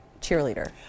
cheerleader